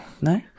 no